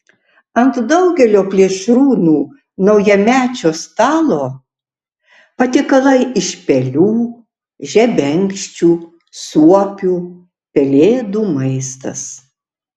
ant daugelio plėšrūnų naujamečio stalo patiekalai iš pelių žebenkščių suopių pelėdų maistas